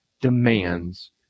demands